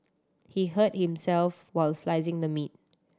he hurt himself while slicing the meat